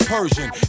Persian